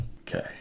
Okay